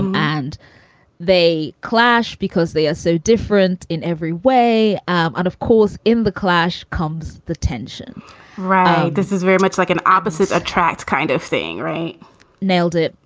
and they clash because they are so different in every way. and of course, in the clash comes the tension right. this is very much like an opposites attract kind of thing. right nailed it.